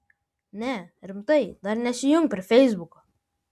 ne rimtai dar nesijunk prie feisbuko